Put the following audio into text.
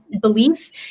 belief